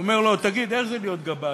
אומר לו: תגיד, איך זה להיות גבאי?